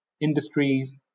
industries